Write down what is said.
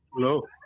Hello